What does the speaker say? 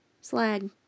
Slag